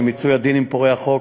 למיצוי הדין עם פורעי החוק,